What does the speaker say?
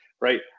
right